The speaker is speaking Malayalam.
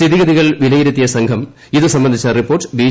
സ്ഥിതിഗതികൾ വിലയിരുത്തിയ സംഘം ഇതു സംബന്ധിച്ച റിപ്പോർട്ട് ബി